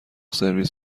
سرویس